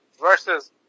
versus